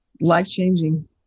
Life-changing